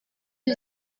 who